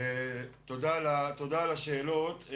תודה על השאלות.